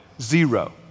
Zero